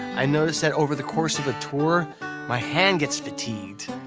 i notice that over the course of a tour my hand gets fatigued.